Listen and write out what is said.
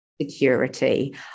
security